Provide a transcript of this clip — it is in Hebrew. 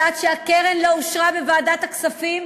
ועד שהקרן לא אושרה בוועדת הכספים